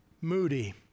Moody